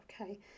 Okay